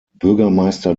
bürgermeister